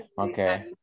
Okay